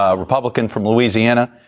ah republican from louisiana.